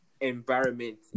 environment